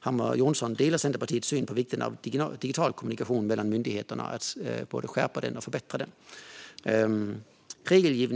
Hammar Johnsson delar Centerpartiets syn på vikten av digital kommunikation mellan myndigheter och av att både skärpa och förbättra den. Fru talman!